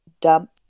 dump